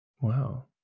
wow